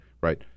right